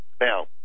Now